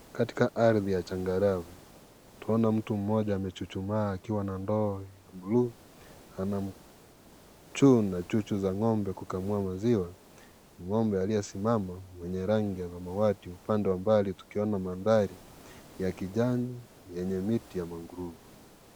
Katika ardhi ya changarawe tunaona mtu mmoja amechuchuma akiwa na ndoo la bluu anachuna chuchu za ngombe kukamua maziwa, ngombe aliyesimama kwenye rangi ya samawati upande wa mbali tukiona mandhari ya kijani yenye miti.